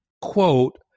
quote